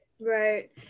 right